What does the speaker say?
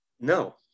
No